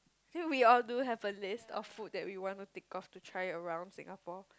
so we all do have a list of food that we want to tick off to try around Singapore